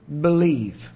believe